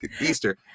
easter